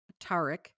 Tarek